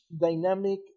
dynamic